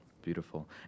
beautiful